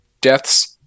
deaths